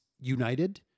united